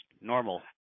normal